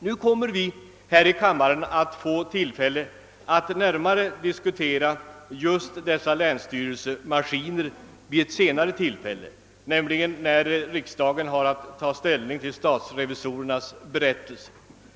Nu får vi i kammaren tillfälle att senare närmare diskutera just dessa länsstyrelsemaskiner, nämligen när riksdagen har att ta ställning till statsrevisorernas berättelse.